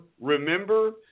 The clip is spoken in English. Remember